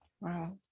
Wow